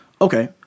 Okay